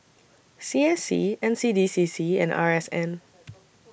C S C N C D C C and R S N